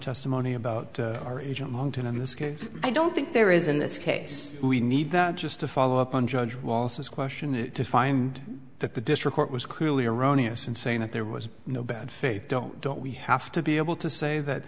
testimony about our agent monckton in this case i don't think there is in this case we need just to follow up on judge wallace's question is to find that the district court was clearly erroneous in saying that there was no bad faith don't don't we have to be able to say that